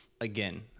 again